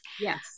Yes